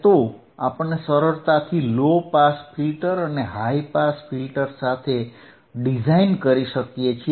અને તો આપણે સરળતાથી લો પાસ ફિલ્ટર અને હાઇ ફિલ્ટર સાથે ડિઝાઇન કરી શકીએ છીએ